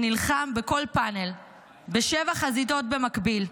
שנלחם בכל פאנל בשבע חזיתות במקביל.